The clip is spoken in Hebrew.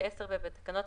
יופי.